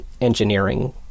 engineering